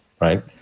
right